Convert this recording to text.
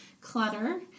clutter